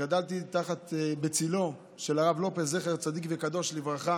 גדלתי בצילו של הרב לופס, זכר צדיק וקדוש לברכה.